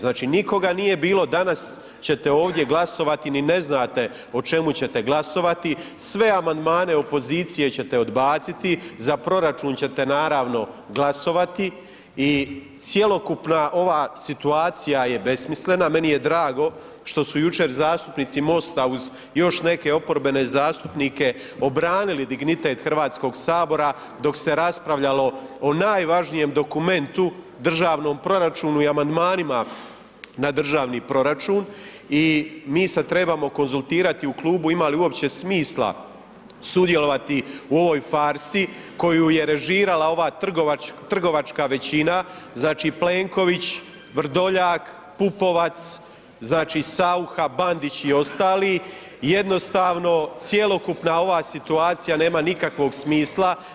Znači nikoga nije bilo, danas ćete ovdje glasovati, ni ne znate o čemu ćete glasovati, sve amandmane opozicije ćete odbaciti, za proračun ćete naravno, glasovati i cjelokupna ova situacija je besmislena, meni je drago što su jučer zastupnici MOST-a uz još neke oporbene zastupnike obranili dignitet HS-a dok se raspravljalo o najvažnijem dokumentu, državnom proračunu i amandmanima na državni proračun i mi se trebamo konzultirati u klubu ima li uopće smisla sudjelovati u ovoj farsi koju je režirala ova trgovačka većina, znači Plenković, Vrdoljak, Pupovac, značu Saucha, Bandić i ostali, jednostavno cjelokupna ova situacija nema nikakvog smisla.